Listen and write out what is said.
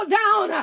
down